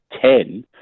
ten